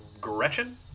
gretchen